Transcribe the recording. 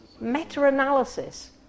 Meta-analysis